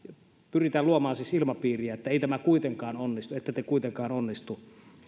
pyritään siis luomaan ilmapiiriä että ei tämä kuitenkaan onnistu ette te kuitenkaan onnistu